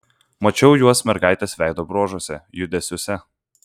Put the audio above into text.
mačiau juos mergaitės veido bruožuose judesiuose